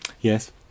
yes